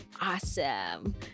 awesome